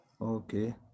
Okay